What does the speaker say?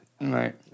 Right